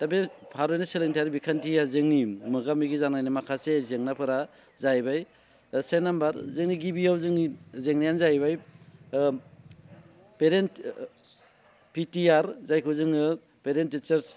दा बे भारतनि सोलोंथायारि बिखान्थिया जोंनि मोगा मोगि जानायनि माखासे जेंनाफोरा जाहैबाय ओ से नाम्बार जोंनि गिबियाव जोंनि जेंनायानो जाहैबाय ओ पेरेन्ट पिटिआर जायखौ जोङो पेरेन्ट टिचार्स